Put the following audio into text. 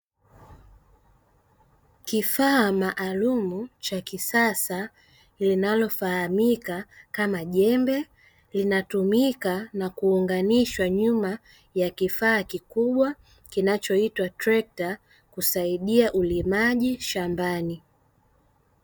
Kifaa maalumu cha kisasa, linalofahamika kama jembe, linatumika na kuunganishwa nyuma ya kifaa kikubwa kinachoutwa trekta, kusaidia ulimaji shambani.